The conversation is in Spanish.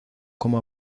como